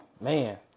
man